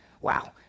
Wow